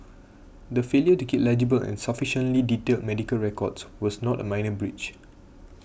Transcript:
the failure to keep legible and sufficiently detailed medical records was not a minor breach